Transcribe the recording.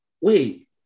Wait